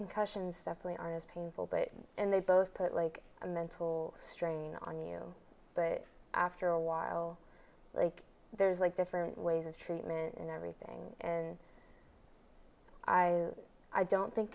concussions definitely aren't as painful but they both put like a mental strain on you but after a while like there's like different ways of treatment and everything and i i don't think